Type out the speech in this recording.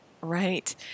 Right